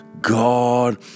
God